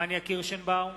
פניה קירשנבאום,